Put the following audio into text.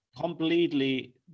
completely